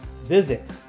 visit